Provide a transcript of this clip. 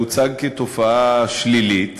זה הוצג כתופעה שלילית,